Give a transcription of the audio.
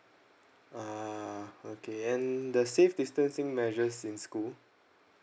ah okay and the safe distancing measures in school